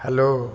hello